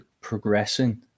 progressing